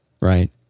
right